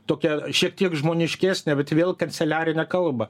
tokią šiek tiek žmoniškesnę bet vėl kanceliarinę kalbą